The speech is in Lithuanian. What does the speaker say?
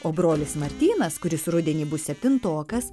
o brolis martynas kuris rudenį bus septintokas